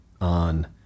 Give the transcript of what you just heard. on